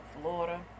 Florida